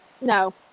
no